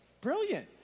brilliant